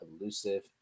Elusive